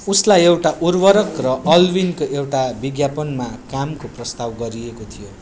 उसलाई एउटा उर्वरक र अल्विनको एउटा विज्ञापनमा कामको प्रस्ताव गरिएको थियो